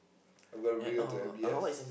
I'm gonna bring her to M_B_S